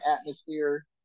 atmosphere